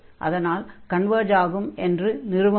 அதனால் கன்வர்ஜ் ஆகும் என்ற நிறுவ முடியும்